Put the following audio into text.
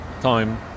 time